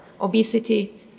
obesity